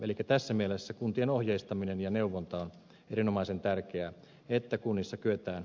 elikkä tässä mielessä kuntien ohjeistaminen ja neuvonta on erinomaisen tärkeää että kunnissa kyetään